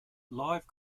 live